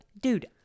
dude